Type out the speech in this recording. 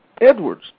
Edwards